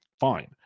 fine